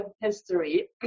history